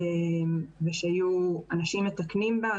ושהם יהיו אנשים מתקנים בה.